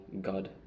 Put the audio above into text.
God